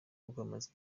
bwamaze